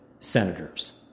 senators